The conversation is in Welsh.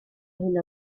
hyn